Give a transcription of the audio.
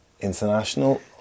International